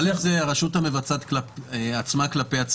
קודם כול, זה הרשות המבצעת כלפי עצמה.